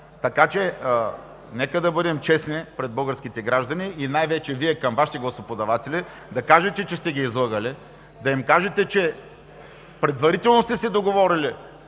така. Нека да бъдем честни пред българските граждани и най-вече Вие към Вашите гласоподаватели да кажете, че сте ги излъгали, да им кажете, че предварително сте си договорили